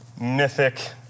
mythic